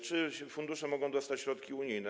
Czy fundusze mogą otrzymać środki unijne?